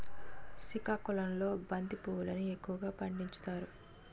సికాకుళంలో బంతి పువ్వులును ఎక్కువగా పండించుతారు